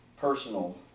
personal